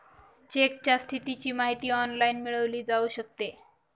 चेकच्या स्थितीची माहिती ऑनलाइन मिळवली जाऊ शकते